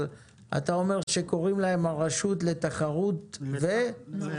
איך